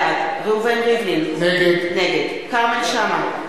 בעד ראובן ריבלין, נגד כרמל שאמה,